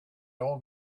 old